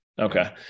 Okay